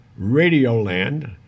Radioland